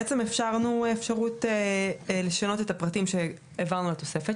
בעצם אפשרנו אפשרות לשנות את הפרטים שהעברנו לתוספת,